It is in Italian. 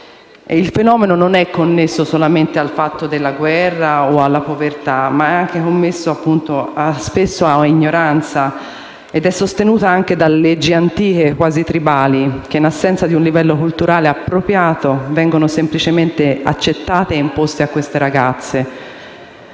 Il fenomeno non è connesso solo alla guerra e alla povertà, ma spesso anche all'ignoranza ed è sostenuto da leggi antiche, quasi tribali, che, in assenza di un livello culturale appropriato, vengono semplicemente accettate e imposte a queste ragazze,